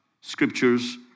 scriptures